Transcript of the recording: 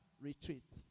retreat